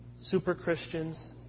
super-Christians